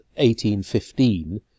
1815